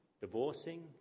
divorcing